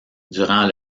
durant